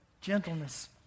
gentleness